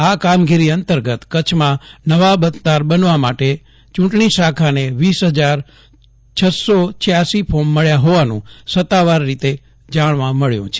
આ કામગીરી અંતર્ગત કચ્છમાં નવા મતદાર બનવા માટે ચૂંટણી શાખાને વીસ હજાર છસો સ્યાસી ફોર્મ મળ્યા હોવાનું સતાવાર રીતે જાણવા મળ્યું છે